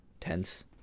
tense